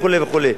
וכו' וכו'.